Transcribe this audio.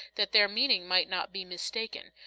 that their meaning might not be mistaken.